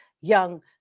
young